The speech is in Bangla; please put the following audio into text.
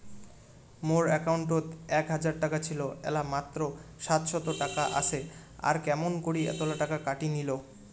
মোর একাউন্টত এক হাজার টাকা ছিল এলা মাত্র সাতশত টাকা আসে আর কেমন করি এতলা টাকা কাটি নিল?